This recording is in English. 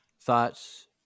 thoughts